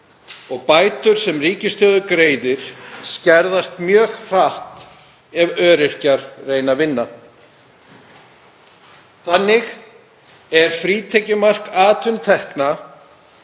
og bætur sem ríkissjóður greiðir skerðast mjög hratt ef öryrkjar reyna að vinna. Þannig er frítekjumark atvinnutekna